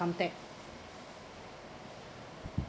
income tax